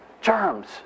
Germs